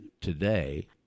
Today